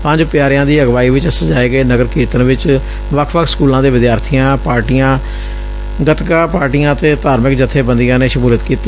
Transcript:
ਪੰਜ ਪਿਆਰਿਆਂ ਦੀ ਅਗਵਾਈ ਵਿਚ ਸਜਾਏ ਗਏ ਨਗਰ ਕੀਰਤਨ ਵਿਚ ਵੱਖ ਵੱਖ ਸਕੂਲਾਂ ਦੇ ਵਿਦਿਆਰਥੀਆਂ ਪਾਰਟੀਆਂ ਗੱਤਕਾ ਪਾਰਟੀਆਂ ਅਤੇ ਧਾਰਮਿਕ ਜਥੇਬੰਦੀਆਂ ਨੇ ਸ਼ਮੂਲੀਅਤ ਕੀਤੀ